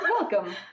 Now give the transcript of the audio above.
Welcome